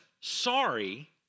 sorry